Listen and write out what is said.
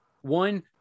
one